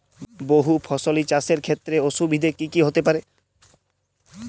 বহু ফসলী চাষ এর ক্ষেত্রে অসুবিধে কী কী হতে পারে?